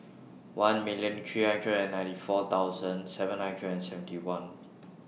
one million three hundred and ninety four thousand seven hundred and seventy one